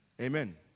amen